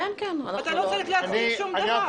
אתה לא צריך להצדיק שום דבר.